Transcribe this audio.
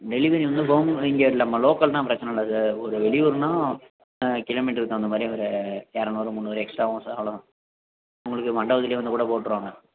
delivery வந்து home இங்கே இல்லை நம்ம லோக்கல்னால் பிரச்சன இல்லை சார் ஒரு வெளியூர்னால் கிலோமீட்டர் தகுந்த மாதிரி ஒரு இரநூறு முன்னூறு எக்ஸ்ட்ரா ஆகும் சார் அவ்வளோ தான் உங்களுக்கு மண்டபத்திலையே வந்து கூட போட்டிருவாங்க